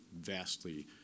vastly